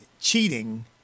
cheating